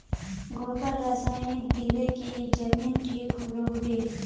गोबर रासायनिक दिले की जमीन ठिक रोहबे?